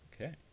Okay